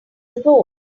ago